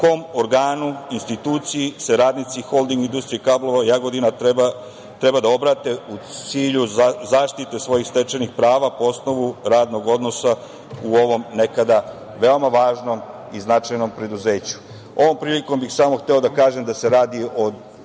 kom organu, instituciji se radnici Holding industrije kablova – Jagodina treba da obrate u cilju zaštite svojih stečenih prava po osnovu radnog odnosa u ovom nekada veoma važnom i značajnom preduzeću? Ovom prilikom bih samo hteo da kažem da se radi o